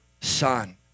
son